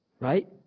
Right